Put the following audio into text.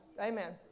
Amen